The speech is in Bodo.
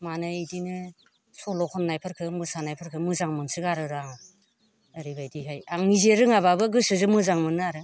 माने इदिनो सल' खननायफोरखो मोसानायफोरखो मोजां मोनसोगारो र' आं ओरैबायदिहाय आं निजे रोङाब्लाबो गोसोजो मोजां मोनो आरो